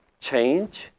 change